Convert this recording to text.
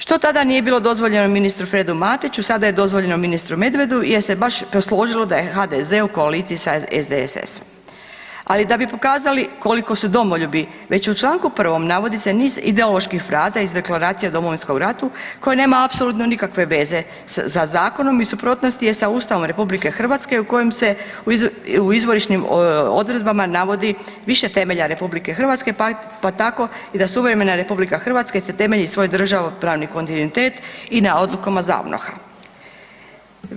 Što tada nije bilo dozvoljeno ministru Fredu Matiću sada je dozvoljeno ministru Medvedu jer se baš posložilo da je HDZ u koaliciji sa SDSS-om, ali da bi pokazali koliko su domoljubi već u Članku 1. navodi se niz ideoloških fraza iz Deklaracije o Domovinskom ratu koji nema apsolutno nikakve veze sa zakonom i u suprotnosti je sa Ustavom RH u kojem se u izvorišnim odredbama navodi više temelja RH pa tako i da suvremena RH se temelji svoj državopravni kontinuitet i na odlukama ZAVNOH-a.